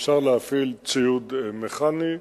אפשר להפעיל ציוד מכני.